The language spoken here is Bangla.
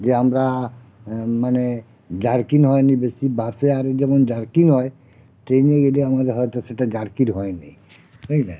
যে আমরা মানে জারকিং হয় নি বেশি বাসে আরে যেমন জারকিং হয় ট্রেনে গেলে আমাদের হয়তো সেটা জারকিং হয় না তাই না